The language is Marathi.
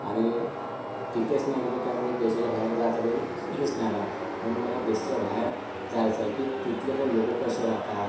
आणि तिथेच नाही गेलो त्यामुळे देशाच्या बाहेर जायचं कधी हेच नाही आला म्हणून मला देशाच्या बाहेर जायचं आहे की तिथले पण लोक कसे राहतात